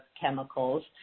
chemicals